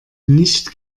nicht